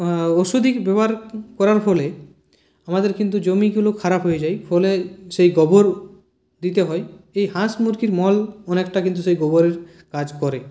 ওষুধ ব্যবহার করার ফলে আমাদের কিন্তু জমিগুলো খারাপ হয়ে যায় ফলে সেই গোবর দিতে হয় সেই হাঁস মুরগির মল অনেকটা কিন্তু সেই গোবরের কাজ করে